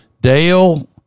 dale